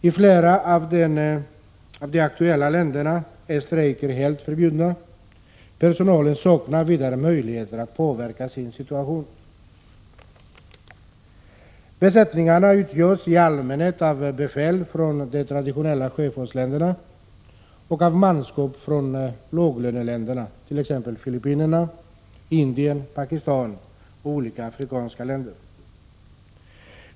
I flera av de aktuella länderna är strejker helt förbjudna; personalen saknar vidare möjligheter att påverka sin situation. Besättningarna utgörs i allmänhet av befäl från de traditionella sjöfartsländerna och av manskap från låglöneländerna, t.ex. Filippinerna, Indien, Pakistan och olika afrikanska länder.